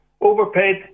overpaid